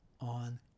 on